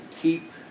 keep